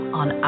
on